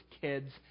kids